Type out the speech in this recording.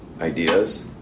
ideas